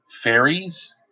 fairies